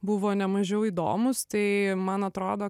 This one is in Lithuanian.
buvo nemažiau įdomūs tai man atrodo